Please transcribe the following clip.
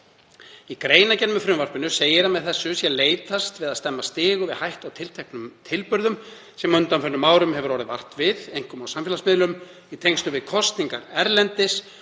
Í greinargerð með frumvarpinu segir að með þessu sé leitast við að stemma stigu við hættu á tilteknum tilburðum sem á undanförnum árum hefur orðið vart við, einkum á samfélagsmiðlum, í tengslum við kosningar erlendis